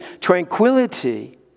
tranquility